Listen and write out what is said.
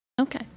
Okay